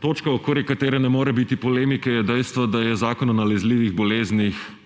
Točka, okoli katere ne more biti polemike, je dejstvo, da je Zakon o nalezljivih boleznih